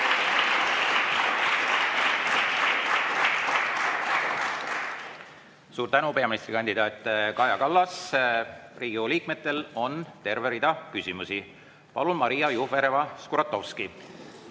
Suur tänu, peaministrikandidaat Kaja Kallas! Riigikogu liikmetel on terve rida küsimusi. Palun, Maria Jufereva-Skuratovski!